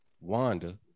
Wanda